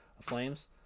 flames